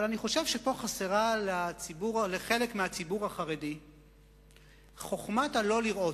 אבל אני חושב שפה חסרה לחלק מהציבור החרדי חוכמת ה"לא לראות".